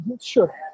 Sure